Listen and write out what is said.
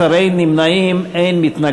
16, אין נמנעים, אין מתנגדים.